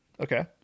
okay